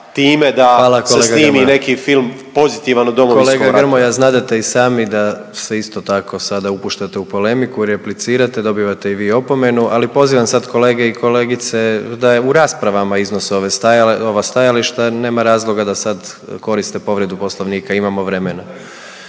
Gordan (HDZ)** Kolega Grmoja znadete i sami da se isto tako sada upuštate u polemiku, replicirate, dobivate i vi opomenu. Ali pozivam sad kolege i kolegice da u raspravama iznose ova stajališta. Nema razloga da sad koriste povredu Poslovnika, imamo vremena.